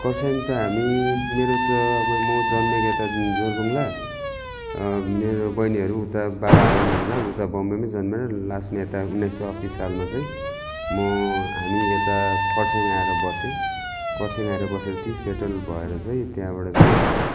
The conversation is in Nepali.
खरसाङ त हामी मेरो त अब म जन्मिएको यता जोरबङ्गला मेरो बहिनीहरू उता बाबा आर्मी हुँदा उता बम्बईमै जन्मेर लास्टमा यता उन्नाइस सय असी सालमा चाहिँ म हामी यता खरसाङ आएर बसेँ खरसाङ आएर बसेर ति सेटल भएर चाहिँ त्यहाँबाट चाहिँ